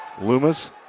Loomis